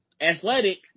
Athletic